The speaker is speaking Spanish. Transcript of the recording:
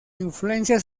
influencia